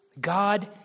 God